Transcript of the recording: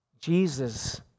Jesus